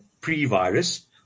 pre-virus